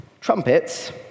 trumpets